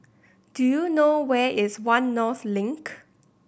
do you know where is One North Link